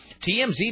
TMZ